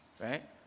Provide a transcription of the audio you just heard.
Right